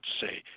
say